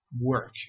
work